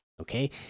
okay